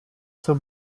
zur